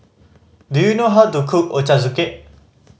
do you know how to cook Ochazuke